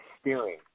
steering